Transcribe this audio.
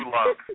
love